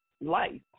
life